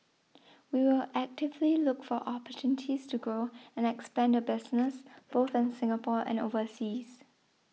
we will actively look for opportunities to grow and expand the business both in Singapore and overseas